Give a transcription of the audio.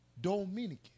Dominican